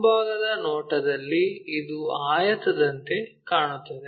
ಮುಂಭಾಗದ ನೋಟದಲ್ಲಿ ಇದು ಆಯತದಂತೆ ಕಾಣುತ್ತದೆ